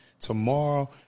Tomorrow